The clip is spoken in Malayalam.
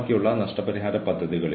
ആളുകൾ അർപ്പണബോധമുള്ളവരായിരിക്കും